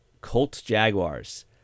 Colts-Jaguars